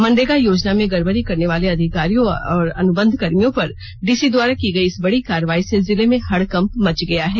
मनरेगा योजना में गड़बड़ी करने वाले अधिकारियों और अनुबंध कर्मियों पर डीसी द्वारा की गई इस बड़ी कार्रवाई से जिले में हड़कंप मच गया है